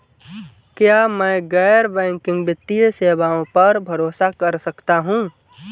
क्या मैं गैर बैंकिंग वित्तीय सेवाओं पर भरोसा कर सकता हूं?